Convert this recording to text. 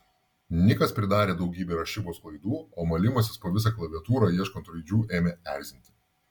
nikas pridarė daugybę rašybos klaidų o malimasis po visą klaviatūrą ieškant raidžių ėmė erzinti